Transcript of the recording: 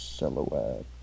Silhouette